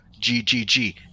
ggg